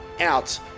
out